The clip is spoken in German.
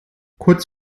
kurz